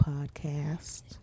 Podcast